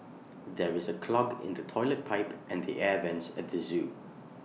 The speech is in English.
there is A clog in the Toilet Pipe and the air Vents at the Zoo